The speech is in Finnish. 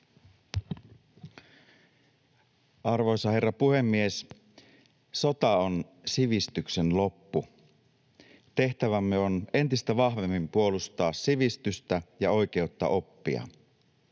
Arvoisa herra puhemies! Sota on sivistyksen loppu. Tehtävämme on entistä vahvemmin puolustaa sivistystä ja oikeutta oppia.